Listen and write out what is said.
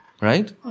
right